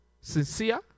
sincere